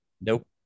Nope